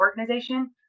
organization